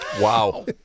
Wow